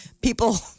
people